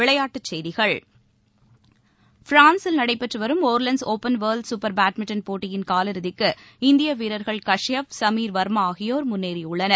விளையாட்டுச்செய்திகள் பிரான்ஸில் நடைபெற்று வரும் Orleans open world super badminton போட்டியின் காலிறுதிக்கு இந்திய வீரர்கள் காஷ்பப் சமீர் வர்மா ஆகியோர் முன்னேறியுள்ளனர்